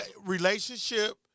Relationship